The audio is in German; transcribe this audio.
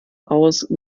aus